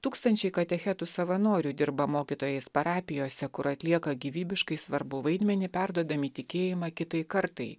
tūkstančiai katechetų savanorių dirba mokytojais parapijose kur atlieka gyvybiškai svarbų vaidmenį perduodami tikėjimą kitai kartai